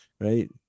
right